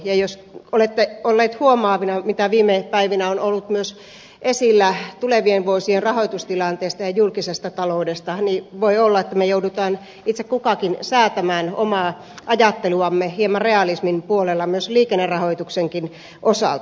ja jos olette olleet huomaavinanne mitä viime päivinä on ollut esillä myös tulevien vuosien rahoitustilanteesta ja julkisesta taloudesta niin voi olla että me joudumme itse kukin säätämään omaa ajatteluamme hieman realismin puolelle myös liikennerahoituksen osalta